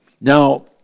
Now